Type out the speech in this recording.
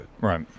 right